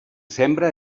sembra